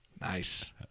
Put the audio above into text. Nice